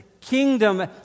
kingdom